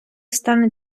стане